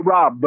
Rob